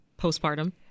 postpartum